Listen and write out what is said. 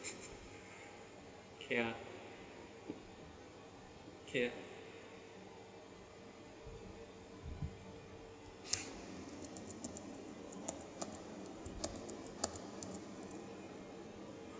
okay ah okay